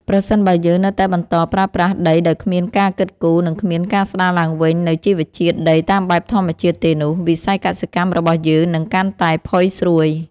ប្រសិនបើយើងនៅតែបន្តប្រើប្រាស់ដីដោយគ្មានការគិតគូរ និងគ្មានការស្ដារឡើងវិញនូវជីវជាតិដីតាមបែបធម្មជាតិទេនោះ វិស័យកសិកម្មរបស់យើងនឹងកាន់តែផុយស្រួយ។